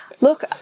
Look